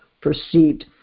perceived